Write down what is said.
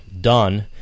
done